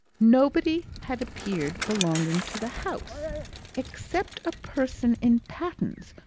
nobody had appeared belonging to the house except a person in pattens,